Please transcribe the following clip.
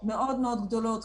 מאוד-מאוד גדולות,